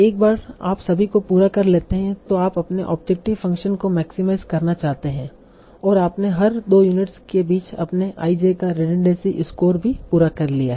एक बार आप सभी को पूरा कर लेते हैं तो आप अपने ऑब्जेक्टिव फंक्शन को मैक्सीमाईज करना चाहते हैं और आपने हर 2 यूनिट्स के बीच अपने i j का रिडनड़ेंसी स्कोर भी पूरा कर लिया है